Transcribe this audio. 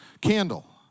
candle